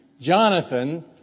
Jonathan